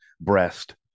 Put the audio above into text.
breast